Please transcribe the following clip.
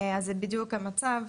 אז זה בדיוק המצב.